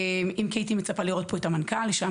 אם כי הייתי מצפה לראות פה את המנכ"ל שהיה